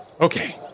Okay